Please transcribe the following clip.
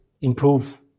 improve